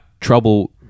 trouble